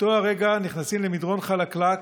באותו הרגע נכנסים למדרון חלקלק,